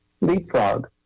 Leapfrog